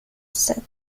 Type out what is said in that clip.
set